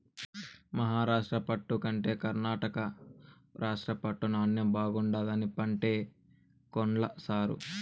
మహారాష్ట్ర పట్టు కంటే కర్ణాటక రాష్ట్ర పట్టు నాణ్ణెం బాగుండాదని పంటే కొన్ల సారూ